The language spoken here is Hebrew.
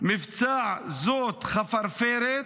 מבצע זאת, חפרפרת,